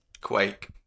Quake